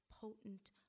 potent